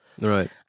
Right